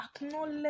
acknowledge